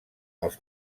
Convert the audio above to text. els